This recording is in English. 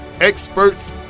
experts